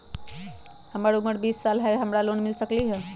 हमर उमर बीस साल हाय का हमरा लोन मिल सकली ह?